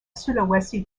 sulawesi